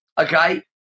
okay